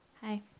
Hi